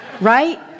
Right